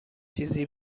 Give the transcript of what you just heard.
چیزی